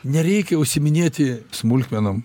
nereikia užsiiminėti smulkmenom